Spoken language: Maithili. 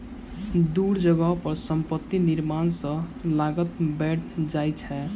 दूर जगह पर संपत्ति निर्माण सॅ लागत बैढ़ जाइ छै